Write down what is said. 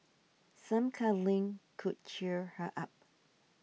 some cuddling could cheer her up